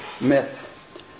myth